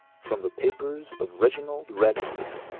from the papers of reginald ratcliffe,